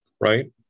right